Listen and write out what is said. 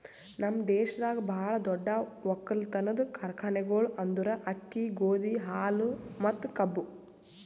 ನಮ್ ದೇಶದಾಗ್ ಭಾಳ ದೊಡ್ಡ ಒಕ್ಕಲತನದ್ ಕಾರ್ಖಾನೆಗೊಳ್ ಅಂದುರ್ ಅಕ್ಕಿ, ಗೋದಿ, ಹಾಲು ಮತ್ತ ಕಬ್ಬು